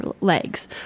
legs